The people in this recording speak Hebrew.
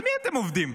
על מי אתם עובדים?